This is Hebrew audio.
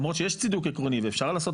למרות שיש צידוק עקרוני ואפשר לעשות